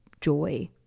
joy